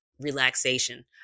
relaxation